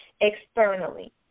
externally